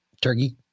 Turkey